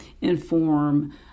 inform